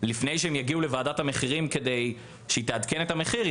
לפני שהם יגיעו לוועדת המחירים כדי שהיא תעדכן את המחיר,